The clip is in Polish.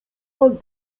pan